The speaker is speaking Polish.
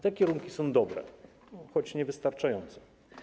Te kierunki są dobre, choć niewystarczające.